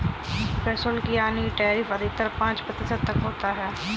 प्रशुल्क यानी टैरिफ अधिकतर पांच प्रतिशत तक होता है